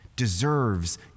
Deserves